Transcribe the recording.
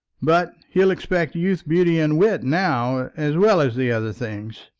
but he'll expect youth, beauty, and wit now, as well as the other things.